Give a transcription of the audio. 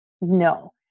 No